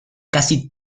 casi